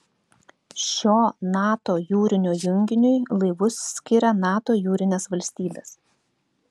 šio nato jūrinio junginiui laivus skiria nato jūrinės valstybės